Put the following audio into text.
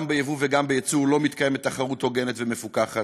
גם ביבוא וגם בייצור לא מתקיימת תחרות הוגנת ומפוקחת,